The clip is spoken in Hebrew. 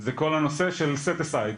זה כל הנושא של "סטסייד".